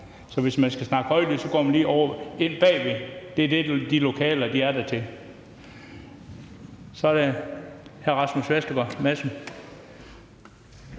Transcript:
Så hvis man skal snakke højt, går man ind i lokalerne lige bagved – det er det, de er der til. Så er det hr. Rasmus Vestergaard